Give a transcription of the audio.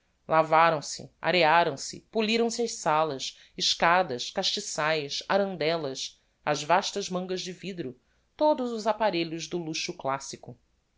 lavaram se arearam se poliram se as salas escadas castiçaes arandellas as vastas mangas de vidro todos os apparelhos do luxo classico